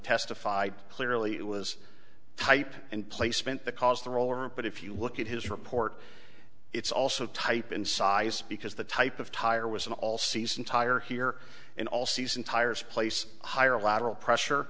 testified clearly it was type and placement because the role but if you look at his report it's also type in size because the type of tire was an all season tire here and all season tires place higher lateral pressure